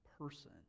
person